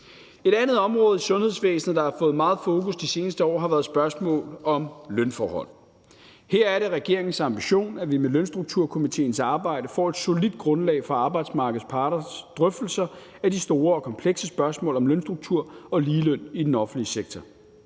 Et andet område i sundhedsvæsenet, der har fået meget fokus de seneste år, er spørgsmålet om lønforhold. Her er det regeringens ambition, at vi med Lønstrukturkomitéens arbejde får et solidt grundlag for arbejdsmarkedets parters drøftelser af de store og komplekse spørgsmål om lønstruktur og ligeløn i den offentlige sektor.